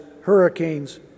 hurricanes